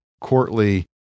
courtly